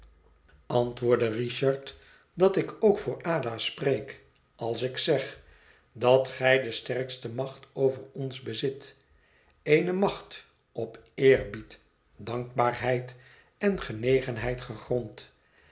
antwoordde richard dat ik ook voor ada spreek als ik zeg dat gij de sterkste macht over ons bezit eene macht op eerbied dankbaarheid en genegenheid gegrond